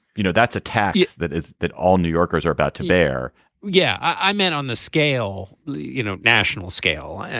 you know that's a tax that that all new yorkers are about to bear yeah i mean on the scale like you know national scale and